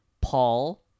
Paul